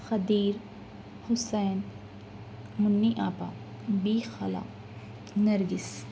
قدیر حسین منی آپا بی خالہ نرگس